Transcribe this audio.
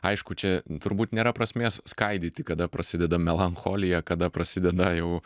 aišku čia turbūt nėra prasmės skaidyti kada prasideda melancholija kada prasideda jau